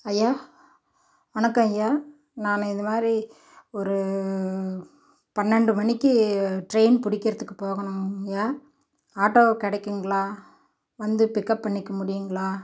ஐயா வணக்கம் ஐயா நான் இதுமாதிரி ஒரு பன்னெண்டு மணிக்கு ட்ரெயின் பிடிக்கிறத்துக்கு போகணுங்கய்யா ஆட்டோ கிடைக்குங்களா வந்து பிக்கப் பண்ணிக்க முடியுங்களா